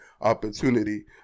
opportunity